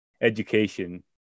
education